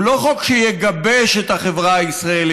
הוא לא חוק שיגבש את החברה הישראלית,